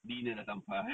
dinner dah sampai